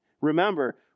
Remember